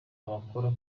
abakora